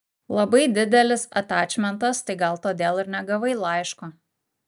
labai didelis atačmentas tai gal todėl ir negavai laiško